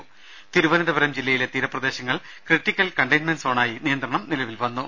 ത തിരുവനന്തപുരം ജില്ലയിലെ തീരപ്രദേശങ്ങൾ ക്രിട്ടിക്കൽ കണ്ടെയിൻമെന്റ് സോണായി നിയന്ത്രണം നിലവിൽ വന്നു